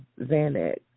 Xanax